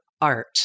art